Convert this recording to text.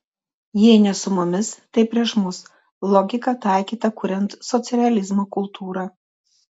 jei ne su mumis tai prieš mus logika taikyta kuriant socrealizmo kultūrą